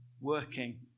working